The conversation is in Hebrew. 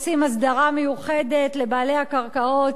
עושים הסדרה מיוחדת לבעלי הקרקעות,